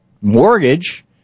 mortgage